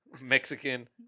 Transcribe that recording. Mexican